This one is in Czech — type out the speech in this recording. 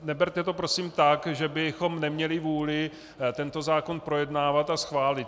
Neberte to prosím tak, že bychom neměli vůli tento zákon projednávat a schválit.